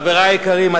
חברי היקרים,